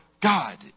God